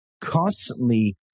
Constantly